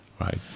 right